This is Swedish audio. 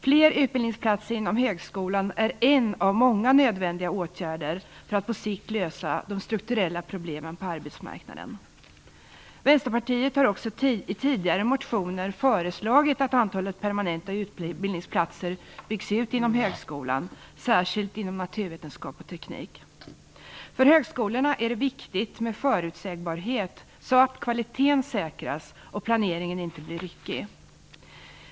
Fler utbildningsplatser inom högskolan är en av många nödvändiga åtgärder för att på sikt lösa de strukturella problemen på arbetsmarknaden. Vänsterpartiet har också i tidigare motioner föreslagit att antalet permanenta utbildningsplatser byggs ut inom högskolan, särskilt inom naturvetenskap och teknik. För högskolorna är det viktigt att med förutsägbarhet så att kvaliteten säkras och planeringen inte blir ryckig.